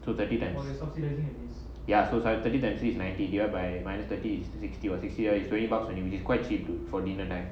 so twenty times ya so thirty times three is ninety divide by minus thirty is sixty what sixty is twenty bucks only which is quite cheap dude for dinner time